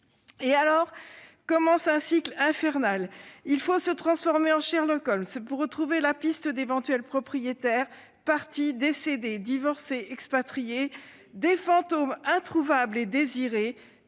alors un cycle infernal. Il faut se transformer en Sherlock Holmes pour retrouver la piste d'éventuels propriétaires, partis, décédés, divorcés ou expatriés, des fantômes introuvables et désirés,